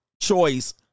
Choice